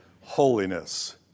holiness